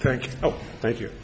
thank you thank you